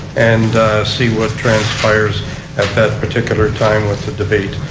and see what transpires at that particular time with the debate.